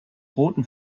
roten